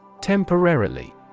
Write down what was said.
Temporarily